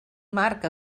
marc